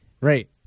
Right